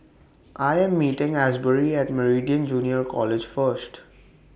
I Am meeting Asbury At Meridian Junior College First